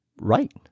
right